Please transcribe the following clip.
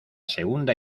segunda